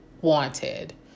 wanted